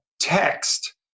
text